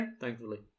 thankfully